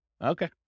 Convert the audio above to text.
Okay